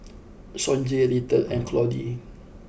Sonji Little and Claude